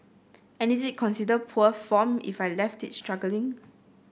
and is it considered poor form if I left it struggling